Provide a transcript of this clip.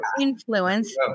influence